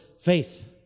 faith